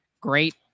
great